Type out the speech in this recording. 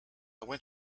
went